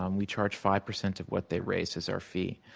um we charge five percent of what they raise as our fee.